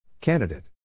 Candidate